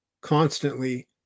constantly